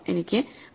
എനിക്ക് 0